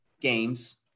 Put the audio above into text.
games